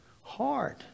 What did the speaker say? hard